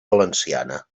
valenciana